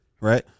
right